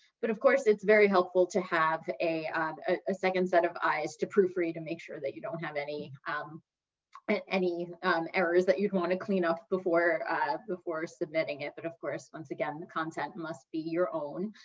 but of course, it's very helpful to have a ah second set of eyes to proofread, to make sure that you don't have any um and any um errors that you'd want to clean up before before submitting it. but of course, once again, the content must be your own.